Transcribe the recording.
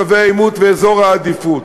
קווי העימות ואזורי העדיפות.